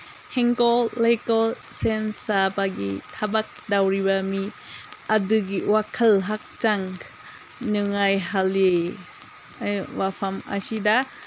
ꯍꯩꯀꯣꯜ ꯂꯩꯀꯣꯜ ꯁꯦꯝ ꯁꯥꯕꯒꯤ ꯊꯕꯛ ꯇꯧꯔꯤꯕ ꯃꯤ ꯑꯗꯨꯒꯤ ꯋꯥꯈꯜ ꯍꯛꯆꯥꯡ ꯅꯨꯡꯉꯥꯏꯍꯜꯂꯤ ꯑꯩ ꯋꯥꯐꯝ ꯑꯁꯤꯗ